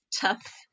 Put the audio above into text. tough